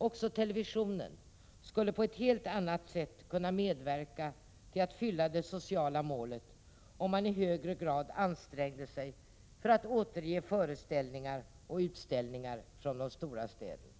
Även televisionen skulle på ett helt annat sätt kunna medverka till att uppfylla det sociala målet, om man i högre grad ansträngde sig för att återge föreställningar och utställningar som visats i de stora städerna.